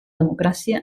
democràcia